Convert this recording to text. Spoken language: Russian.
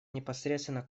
непосредственно